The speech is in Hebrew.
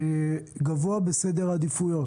במקום גבוה בסדר העדיפויות.